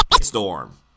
storm